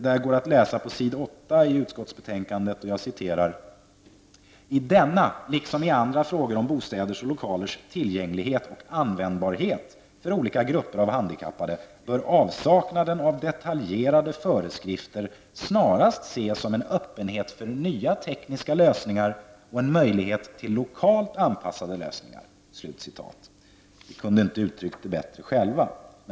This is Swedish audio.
Det går att läsa på s. 8 i utskottsbetänkandet: ''I denna liksom i andra frågor om bostäders och lokalers tillgänglighet och användbarhet för olika grupper av handikappade bör avsaknaden av detaljerade föreskrifter snarast ses som en öppenhet för nya tekniska lösningar och en möjlighet till lokalt anpassade lösningar.'' Vi kunde inte ha uttryckt det bättre själva.